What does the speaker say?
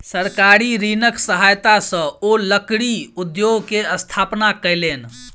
सरकारी ऋणक सहायता सॅ ओ लकड़ी उद्योग के स्थापना कयलैन